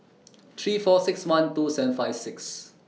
three four six one two seven five six